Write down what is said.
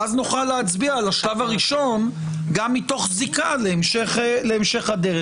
ואז נוכל להצביע על השלב הראשון גם מתוך זיקה להמשך הדרך.